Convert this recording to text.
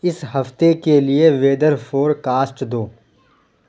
اس ہفتے کے لیے ویدر فورکاسٹ دو